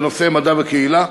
בנושא מדע וקהילה,